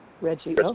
Reggie